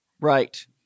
Right